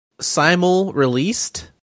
simul-released